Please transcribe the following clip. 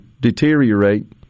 deteriorate